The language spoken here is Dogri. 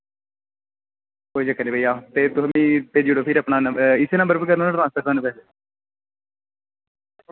ते तुस भेजी ओड़ो अपना एह् इस नंबर पर गै करना ना ट्रांसफर